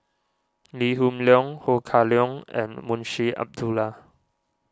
Lee Hoon Leong Ho Kah Leong and Munshi Abdullah